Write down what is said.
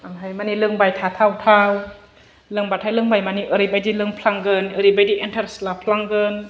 आमफाय मानि लोंबाय थाथाव थाव लोंबाथाय लोंबाय मानि ओरैबादि लोंफ्लांगोन ओरैबादि एनथारेस लाफ्लांगोन